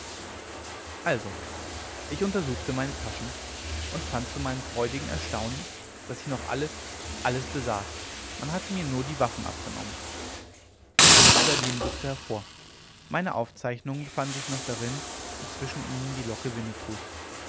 also ich untersuchte meine taschen und fand zu meinem freudigen erstaunen daß ich noch alles alles besaß man hatte mir nur die waffen abgenommen ich zog die sardinenbüchse hervor meine aufzeichnungen befanden sich noch drin und zwischen ihnen die locke winnetous